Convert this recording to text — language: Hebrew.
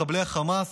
מחבלי החמאס,